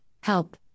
help